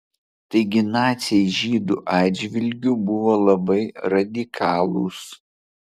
taigi naciai žydų atžvilgiu buvo labai radikalūs